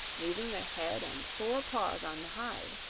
leaving the head and four paws on the hide.